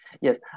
Yes